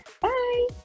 Bye